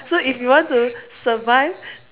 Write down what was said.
so if you want to survive